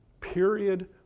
period